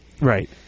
Right